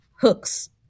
hooks